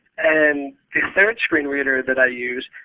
and the third screen reader that i use,